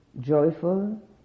joyful